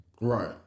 Right